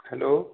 hello